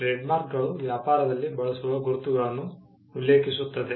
ಟ್ರೇಡ್ಮಾರ್ಕ್ಗಳು ವ್ಯಾಪಾರದಲ್ಲಿ ಬಳಸುವ ಗುರುತುಗಳನ್ನು ಉಲ್ಲೇಖಿಸುತ್ತವೆ